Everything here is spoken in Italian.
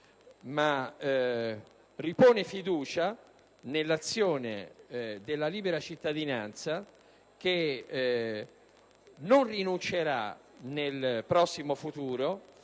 ma ripone fiducia nell'azione della libera cittadinanza che non rinuncerà nel prossimo futuro,